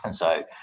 and so,